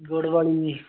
ਗੁੜ ਵਾਲੀ ਜੀ